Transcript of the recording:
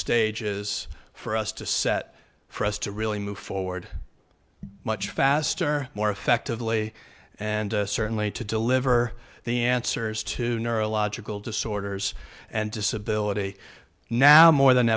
stage is for us to set for us to really move forward much faster more effectively and certainly to deliver the answers to neurological disorders and disability now more than